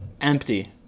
empty